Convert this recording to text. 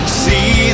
see